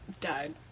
died